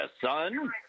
son